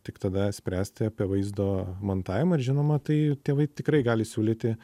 tik tada spręsti apie vaizdo montavimą ir žinoma tai tėvai tikrai gali siūlyti